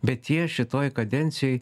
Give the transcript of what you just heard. bet jie šitoj kadencijoj